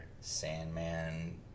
sandman